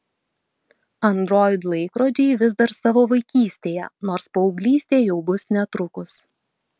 android laikrodžiai vis dar savo vaikystėje nors paauglystė jau bus netrukus